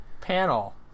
panel